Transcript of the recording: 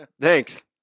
Thanks